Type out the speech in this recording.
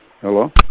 Hello